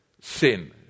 sin